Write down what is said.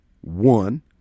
one